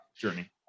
journey